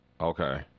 Okay